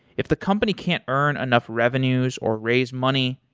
if the company can't earn enough revenues or raise money,